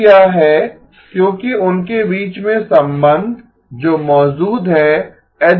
फिर यह है क्योकि उनके बीच में संबंध जो मौजूद है H0 और H1